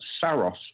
Saros